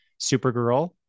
Supergirl